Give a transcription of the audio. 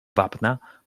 wapna